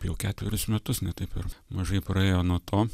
jau ketverius metus ne taip ir mažai praėjo nuo to